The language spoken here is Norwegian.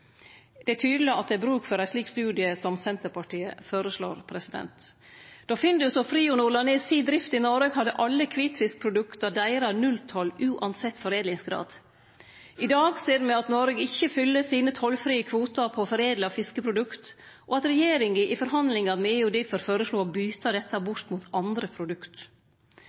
Det er tydeleg at det er bruk for ein slik studie som Senterpartiet føreslår. Då Findus og Frionor la ned si drift i Noreg, hadde alle kvitfiskprodukta deira nulltoll uansett foredlingsgrad. I dag ser me at Noreg ikkje fyller sine tollfrie kvotar på foredla fiskeprodukt, og at regjeringa i forhandlingane med EU difor føreslo å byte dette bort mot andre produkt.